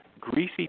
greasy